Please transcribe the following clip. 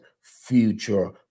future